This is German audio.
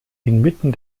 inmitten